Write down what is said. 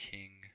King